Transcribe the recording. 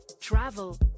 travel